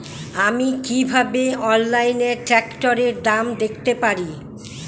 আমি কিভাবে অনলাইনে ট্রাক্টরের দাম দেখতে পারি?